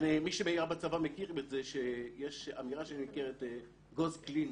מי שהיה בצבא מכיר בזה שיש אמירה שנקראת גו"ז פלילי,